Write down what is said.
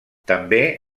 també